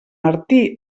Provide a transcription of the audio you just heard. martí